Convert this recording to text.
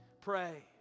pray